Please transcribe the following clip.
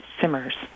simmers